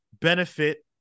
benefit